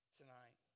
tonight